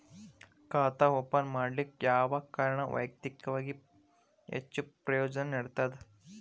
ಖಾತಾ ಓಪನ್ ಮಾಡಲಿಕ್ಕೆ ಯಾವ ಕಾರಣ ವೈಯಕ್ತಿಕವಾಗಿ ಹೆಚ್ಚು ಪ್ರಯೋಜನ ನೇಡತದ?